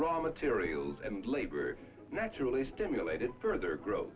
raw materials and labor naturally stimulated further grow